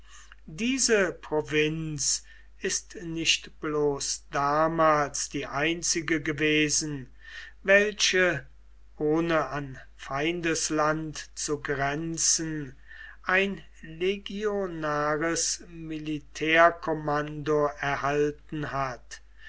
diese provinz ist nicht bloß damals die einzige gewesen welche ohne an feindesland zu grenzen ein legionares militärkommando erhalten hat